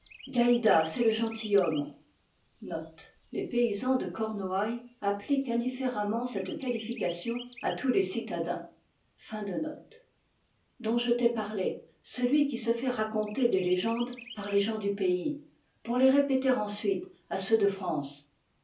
qu dont je t'ai parlé celui qui se fait raconter des légendes par les gens du pays pour les répéter ensuite à ceux de france